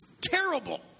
terrible